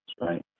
right